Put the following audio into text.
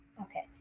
Okay